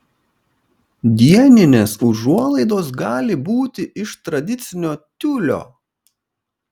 dieninės užuolaidos gali būti iš tradicinio tiulio